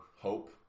hope